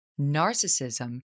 narcissism